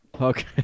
Okay